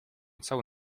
cały